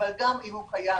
אבל גם אם הוא קיים